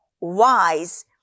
wise